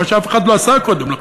מה שאף אחד לא עשה קודם לכן,